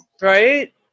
Right